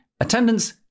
attendance